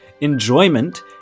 enjoyment